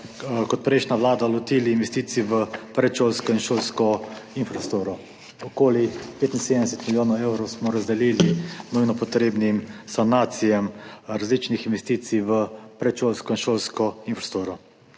kot prejšnja vlada lotili investicij v predšolsko in šolsko infrastrukturo. Okoli 75 milijonov evrov smo razdelili nujno potrebnim sanacijam različnih investicij v predšolsko in šolsko infrastrukturo.